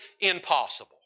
impossible